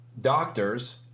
doctors